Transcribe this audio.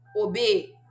obey